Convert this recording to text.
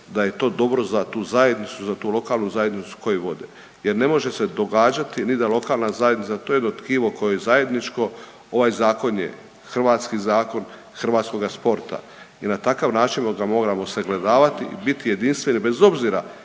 da je to dobro za tu zajednicu, za tu lokalnu zajednicu koju vode jer ne može se događati ni da lokalna zajednica, to je jedno tkivo koje je zajedničko, ovaj Zakon je hrvatski zakon hrvatskoga sporta. I na takav način ga moramo sagledavati i bit jedinstveni bez obzira